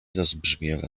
rozbrzmiewa